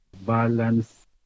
balance